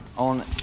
On